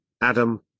Adam